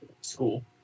school